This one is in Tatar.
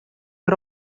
бер